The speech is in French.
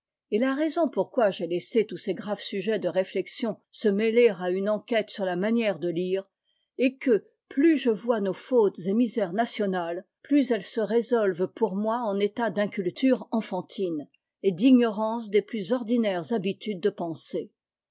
et la raison pourquoi j'ai laissé tous ces graves sujets de réflexion se mêler à une enquête sur la manière de lire est que plus je vois nos fautes et misères nationales plus elles se résolvent pour moi en états d'inculture enfantine et d'ignorance des plus ordinaires habitudes de pensée